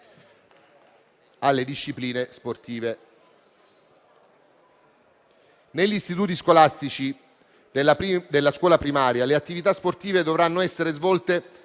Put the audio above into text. delle discipline sportive. Negli istituti scolastici della scuola primaria, le attività sportive dovranno essere volte